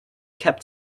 kept